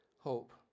hope